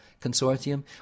consortium